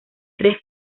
tres